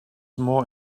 more